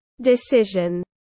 decision